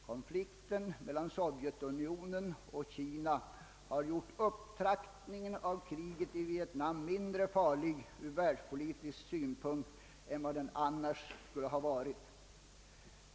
Konflikten mellan §Sovjetunionen och Kina har gjort upptrappningen av kriget i Vietnam mindre farlig ur världspolitisk synpunkt än den annars skulle varit.